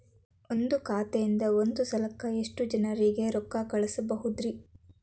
ಒಂದ್ ಖಾತೆಯಿಂದ, ಒಂದ್ ಸಲಕ್ಕ ಎಷ್ಟ ಜನರಿಗೆ ರೊಕ್ಕ ಕಳಸಬಹುದ್ರಿ?